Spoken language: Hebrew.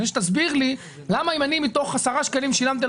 אני מבקש שתסביר לי למה אם אני מתוך 10 שקלים שילמתי על